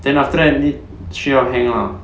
then after that need 需要 hang lah